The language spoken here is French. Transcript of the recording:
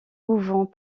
couvent